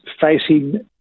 facing